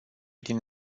din